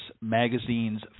Magazine's